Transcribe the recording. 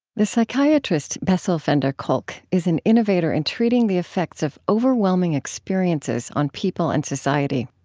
the psychiatrist bessel van der kolk is an innovator in treating the effects of overwhelming experiences on people and society.